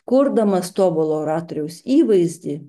kurdamas tobulo oratoriaus įvaizdį